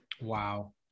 Wow